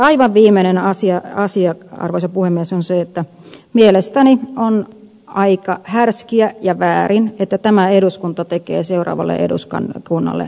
aivan viimeinen asia arvoisa puhemies on se että mielestäni on aika härskiä ja väärin että tämä eduskunta tekee seuraavalle eduskunnalle kehykset